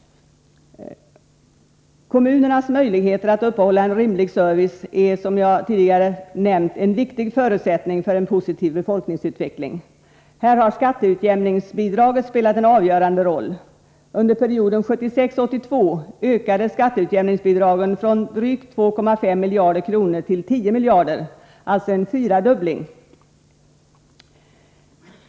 Kommunernas möjligheter att upprätthålla en rimlig service är, som jag tidigare nämnt, en viktig förutsättning för en positiv befolkningsutveckling. Här har skatteutjämningsbidraget spelat en avgörande roll. Under perioden 1976-1982 ökade skatteutjämningsbidragen från drygt 2,5 miljarder kronor till 10 miljarder, alltså en fyrdubbling.